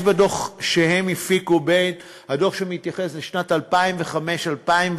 יש בדוח שהם הפיקו, הדוח שמתייחס לשנים 2005 2011,